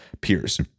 peers